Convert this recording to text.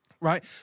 right